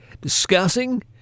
discussing